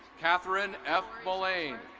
catherine f. mulane.